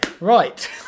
right